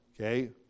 okay